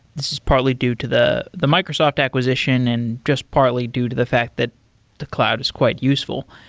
this is partly due to the the microsoft acquisition and just partly due to the fact that the cloud is quite useful.